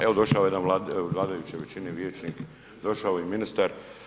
Evo došao je iz vladajuće većine vijećnik, došao je i ministar.